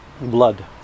blood